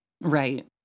right